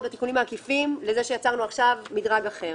בתיקונים העקיפים לכך שיצרנו עכשיו מדרג אחר